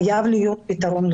חייב להיות לזה פתרון,